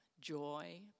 joy